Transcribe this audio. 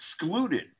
excluded